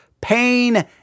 pain